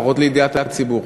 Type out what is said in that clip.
לפחות לידיעת הציבור?